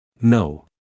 No